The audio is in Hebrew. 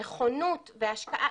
נכונות והשקעה,